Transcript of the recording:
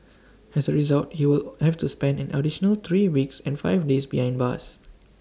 as A result he will have to spend an additional three weeks and five days behind bars